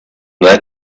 that